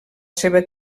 seva